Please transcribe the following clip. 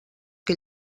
que